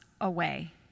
away